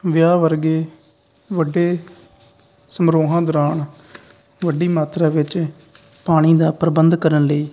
ਵਿਆਹ ਵਰਗੇ ਵੱਡੇ ਸਮਾਰੋਹਾਂ ਦੌਰਾਨ ਵੱਡੀ ਮਾਤਰਾ ਵਿੱਚ ਪਾਣੀ ਦਾ ਪ੍ਰਬੰਧ ਕਰਨ ਲਈ